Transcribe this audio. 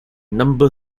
number